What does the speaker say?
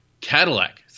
Cadillac